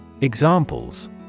Examples